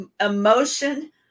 emotion